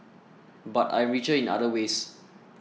but I am richer in other ways